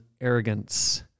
arrogance